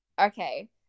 okay